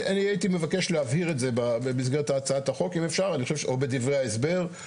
הייתי מבקש להבהיר את זה במסגרת הצעת החוק או בדברי ההסבר אם אפשר